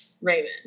Raymond